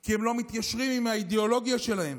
כי הם לא מתיישרים עם האידאולוגיה שלהם.